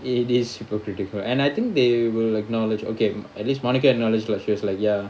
it is hypocritical and I think they will acknowledge okay at least monica acknowledged like she was like ya